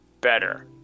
better